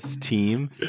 team